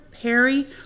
Perry